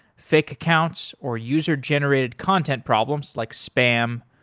fake accounts or user generated content problems like spam,